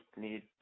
need